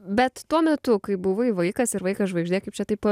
bet tuo metu kai buvai vaikas ir vaikas žvaigždė kaip čia taip